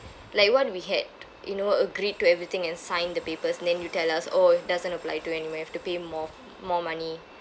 like what we had you know agreed to everything and signed the papers and then you tell us oh it doesn't apply to you anymore you have to pay more more money